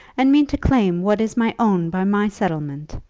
and mean to claim what is my own by my settlement.